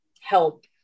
help